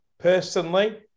Personally